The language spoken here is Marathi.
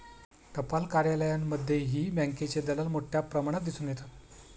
टपाल कार्यालयांमध्येही बँकेचे दलाल मोठ्या प्रमाणात दिसून येतात